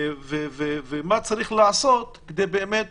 ומה צריך לעשות כדי באמת